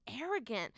arrogant